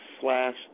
slash